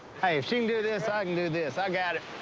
hey, if she can do this, i can do this. i got it.